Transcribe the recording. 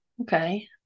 Okay